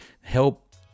help